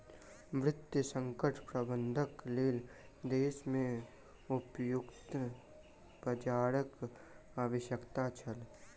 वित्तीय संकट प्रबंधनक लेल देश में व्युत्पन्न बजारक आवश्यकता छल